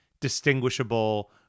distinguishable